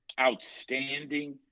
outstanding